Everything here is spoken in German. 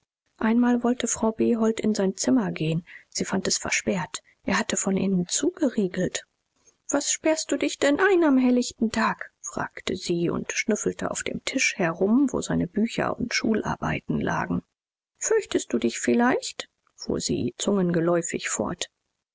einmal wollte frau behold in sein zimmer gehen sie fand es versperrt er hatte von innen zugeriegelt was sperrst du dich denn ein am hellichten tag fragte sie und schnüffelte auf dem tisch herum wo seine bücher und schularbeiten lagen fürchtest du dich vielleicht fuhr sie zungengeläufig fort